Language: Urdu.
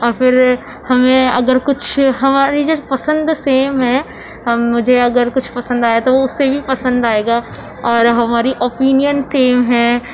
اور پھر ہمیں اگر کچھ ہماری جو پسند سیم ہے مجھے اگر کچھ پسند آیا تو وہ اسے بھی پسند آئے گا اور ہماری اوپینین سیم ہے